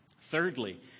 Thirdly